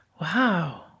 Wow